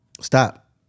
Stop